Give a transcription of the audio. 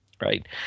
Right